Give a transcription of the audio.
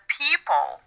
people